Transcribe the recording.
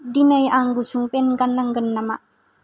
दिनै आं गुसुं पेन गान्नांगोन नामा